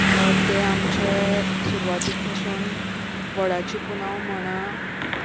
ते आमचे सुरवातीक पसून व्हडाची पुनव म्हणा